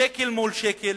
שקל מול שקל,